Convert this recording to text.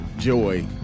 Joy